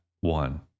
one